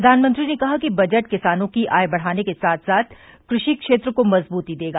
प्रधानमंत्री ने कहा कि बजट किसानों की आय बढ़ाने के साथ साथ कृषि क्षेत्र को मजबूती देगा